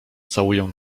całuję